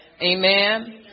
Amen